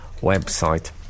website